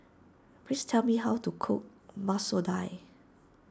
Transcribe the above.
please tell me how to cook Masoor Dal